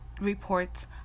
reports